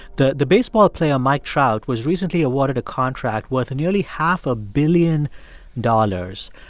the the baseball player mike trout was recently awarded a contract worth nearly half a billion dollars.